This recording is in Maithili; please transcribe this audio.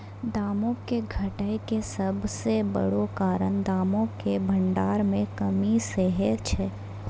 दामो के घटै के सभ से बड़ो कारण दामो के भंडार मे कमी सेहे छै